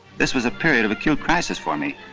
this was a period of acute crisis for me,